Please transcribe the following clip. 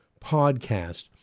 podcast